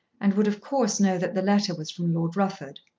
and would of course know that the letter was from lord rufford.